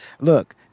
Look